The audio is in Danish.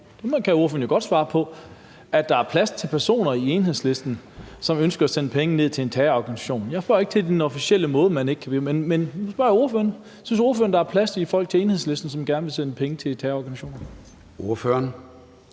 det kan ordføreren jo godt svare på – at der er plads til personer i Enhedslisten, som ønsker at sende penge ned til en terrororganisation? Jeg spørger ikke til den officielle holdning. Nu spørger jeg ordføreren. Synes ordføreren, at der er plads til folk i Enhedslisten, som gerne vil sende penge til terrororganisationer?